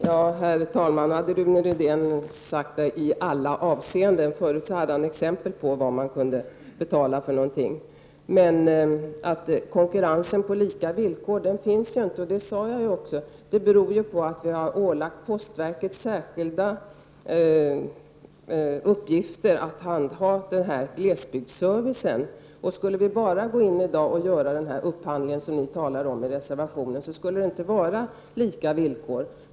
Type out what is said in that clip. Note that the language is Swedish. Herr talman! Rune Rydén sade ”i alla avseenden”. Förut gav han exempel på vad betalningarna kunde gälla. Någon konkurrens på lika villkor finns inte — och det sade jag också — men det beror på att vi har ålagt postverket särskilda uppgifter när det gäller glesbygdsservicen. Skulle vi i dag bara göra den upphandling som ni talar om i reservationen, skulle det inte vara lika villkor.